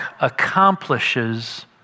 accomplishes